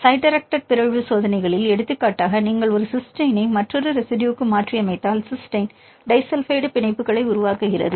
side directed பிறழ்வு பரிசோதனைகளில் எடுத்துக்காட்டாகநீங்கள் ஒரு சிஸ்டைனை மற்றொரு ரெசிடுயுவிற்கு மாற்றியமைத்தால் சிஸ்டைன் டிஸல்பைட் பிணைப்புகளை உருவாக்குகிறது